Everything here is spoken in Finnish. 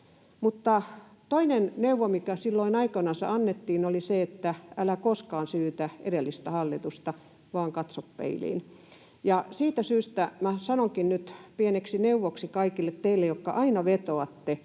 Toinen neuvo, mikä silloin aikoinansa annettiin, oli se, että älä koskaan syytä edellistä hallitusta vaan katso peiliin. Siitä syystä minä sanonkin tämän nyt pieneksi neuvoksi kaikille teille, jotka aina vetoatte